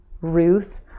Ruth